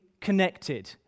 connected